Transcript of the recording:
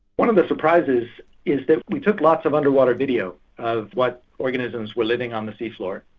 one of the surprises is that we took lots of underwater video of what organisms were living on the sea floor,